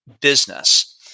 business